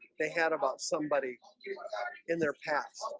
they had about somebody in their past